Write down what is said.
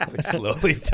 slowly